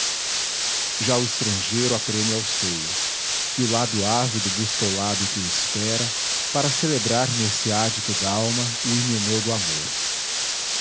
já o estrangeiro a preme ao seio e o lábio ávido busca o lábio que o espera para celebrar nesse ádito dalma o himeneu do amor